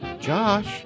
Josh